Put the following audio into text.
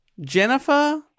Jennifer